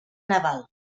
naval